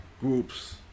groups